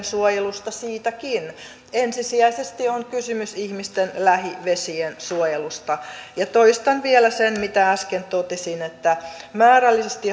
suojelusta tosin siitäkin ensisijaisesti on kysymys ihmisten lähivesien suojelusta ja toistan vielä sen mitä äsken totesin että määrällisesti